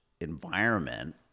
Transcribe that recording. environment